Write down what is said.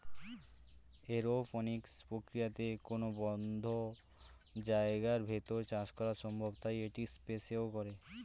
aeroponics প্রক্রিয়াতে কোনো বদ্ধ জায়গার ভেতর চাষ করা সম্ভব তাই এটি স্পেসেও করে